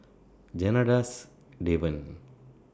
Janadas Devan